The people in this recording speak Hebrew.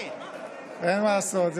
אין מה לעשות.